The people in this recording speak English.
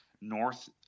north